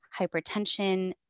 hypertension